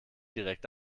direkt